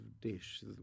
dish